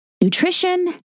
nutrition